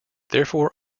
therefore